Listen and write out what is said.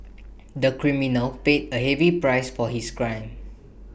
the criminal paid A heavy price for his crime